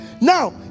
now